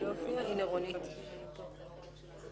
במקום לשחרר אותו הוא עדיין תחת עננה ועדיין לא נגמרה תקופת ההתיישנות.